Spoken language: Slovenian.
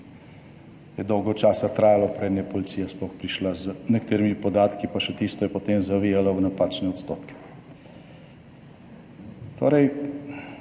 je dolgo časa trajalo preden je policija sploh prišla z nekaterimi podatki, pa še tisto je, potem zavijala v napačne odstotke. Torej,